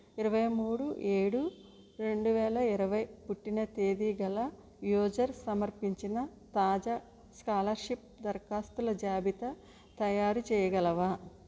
ఇరవై మూడు ఏడు రెండు వేల ఇరవై పుట్టిన తేది గల యూజర్ సమర్పించిన తాజా స్కాలర్షిప్ దరఖాస్తుల జాబితా తయారుచేయగలవా